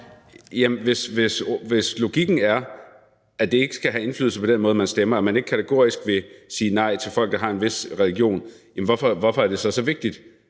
Jamen hvis logikken er, at det ikke skal have indflydelse på den måde, man stemmer på, og at man ikke kategorisk vil sige nej til folk, der har en bestemt religion, hvorfor er det så vigtigt?